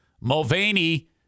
Mulvaney